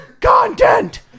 content